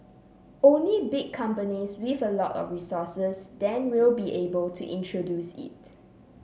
only big companies with a lot of resources then will be able to introduce it